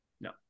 No